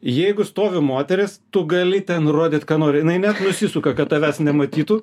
jeigu stovi moteris tu gali ten rodyt ką nori jinai net nusisuka kad tavęs nematytų